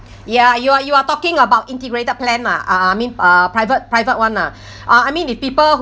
ya you are you are talking about integrated plan lah uh I mean uh private private one ah uh I mean if people